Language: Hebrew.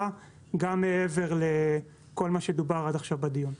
גם מעבר לכל מה שדובר עד עכשיו בדיון.